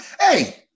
Hey